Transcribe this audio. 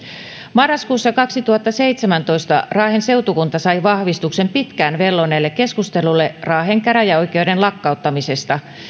marraskuussa kaksituhattaseitsemäntoista raahen seutukunta sai vahvistuksen pitkään velloneelle keskustelulle raahen käräjäoikeuden lakkauttamisesta